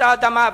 את האדמה,